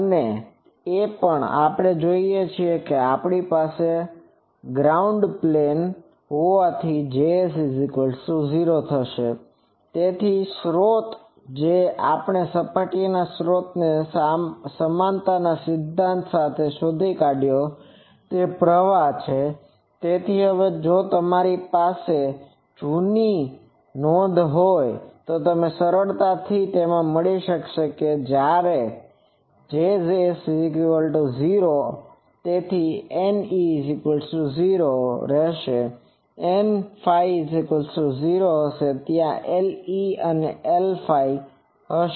અને એ પણ આપણે જાણીએ છીએ કે આપણી પાસે અનંત ગ્રાઉન્ડ પ્લેન હોવાથી js 0 થશે તેથી સ્રોત જે આપણે સપાટીના સ્રોતને સમાનતા સિદ્ધાંત સાથે શોધી કાઢયો તે પ્રવાહ છે તેથી હવે જો તમે તમારી જૂની નોંધો જુઓ જે તમને સરળતાથી મળી શકે છે કે જ્યારથી js 0 છે તેથી Ne 0 રહેશે Nɸ 0 હશે અને ત્યાં Le અને Lɸ હશે